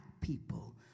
people